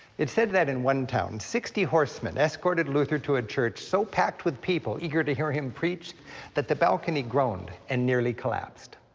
it's said that in one town, sixty horsemen escorted luther to a church so packed with people eager to hear him preach that the balcony groaned and nearly collapsed.